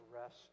rest